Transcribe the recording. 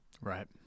right